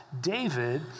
David